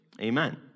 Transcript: Amen